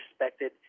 respected